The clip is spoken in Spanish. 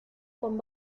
con